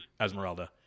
Esmeralda